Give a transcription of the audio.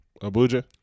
Abuja